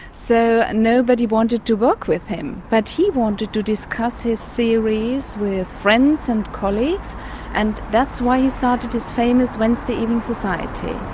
so nobody wanted to work with him. but he wanted to discuss his theories with friends and colleagues and that's why he started his famous wednesday evening society.